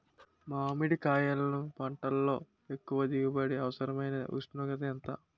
మామిడికాయలును పంటలో ఎక్కువ దిగుబడికి అవసరమైన ఉష్ణోగ్రత ఎంత?